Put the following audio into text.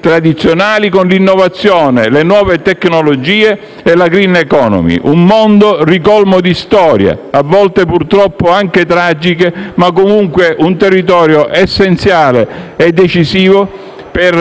tradizionali con l'innovazione, le nuove tecnologie e la *green economy*. È un mondo ricolmo di storie, a volte purtroppo anche tragiche, ma è comunque un territorio essenziale e decisivo per